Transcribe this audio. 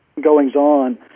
goings-on